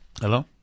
hello